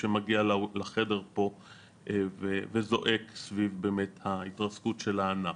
שמגיע לחדר פה וזועק סביב באמת ההתרסקות של הענף.